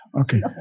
Okay